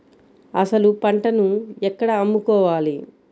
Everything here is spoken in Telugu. అసలు పంటను ఎక్కడ అమ్ముకోవాలి?